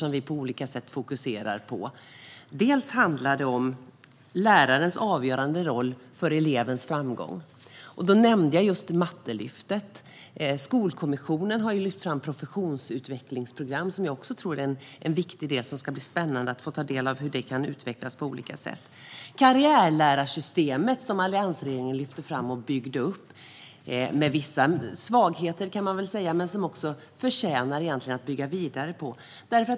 Det handlar till att börja med om lärarens avgörande roll för elevens framgång. Jag nämnde just Matematiklyftet. Skolkommissionen har också lyft fram professionsutvecklingsprogram, som jag tror är en viktig del. Det ska bli spännande att få ta del av hur det kan utvecklas. Karriärlärarsystemet, som alliansregeringen lyfte fram och byggde upp - med vissa svagheter, kan man väl säga - förtjänar också att byggas vidare på.